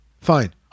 fine